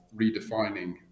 redefining